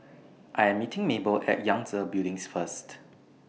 I Am meeting Mable At Yangtze Building First